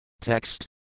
Text